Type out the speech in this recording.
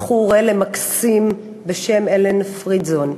בחור, עלם מקסים בשם אלן פרידזון.